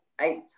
eight